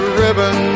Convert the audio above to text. ribbon